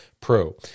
Pro